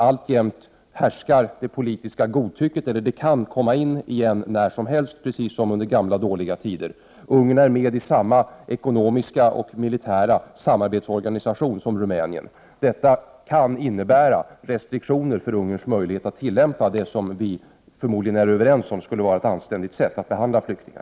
Alltjämt härskar där det politiska godtycket, eller det kan komma tillbaka igen när som helst, precis som under gamla dåliga tider. Ungern är med i samma ekonomiska och militära samarbetsorganisation som Rumänien. Detta kan innebära restriktioner för Ungerns möjligheter att tillämpa det som vi förmodligen är överens om att betrakta som ett anständigt sätt att behandla flyktingar.